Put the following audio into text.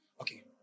Okay